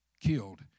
killed